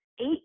Eight